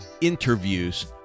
interviews